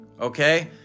Okay